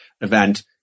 event